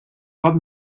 cop